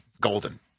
golden